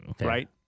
right